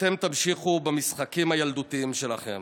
ואתם תמשיכו במשחקים הילדותיים שלכם.